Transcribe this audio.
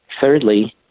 Thirdly